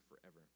forever